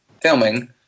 filming